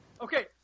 Okay